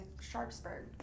Sharpsburg